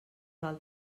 val